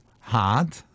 hard